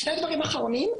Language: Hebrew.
שני דברים אחרונים.